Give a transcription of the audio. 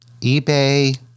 eBay